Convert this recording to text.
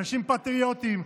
אנשים פטריוטיים,